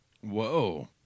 Whoa